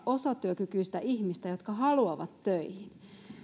osatyökykyistä ihmistä jotka haluavat töihin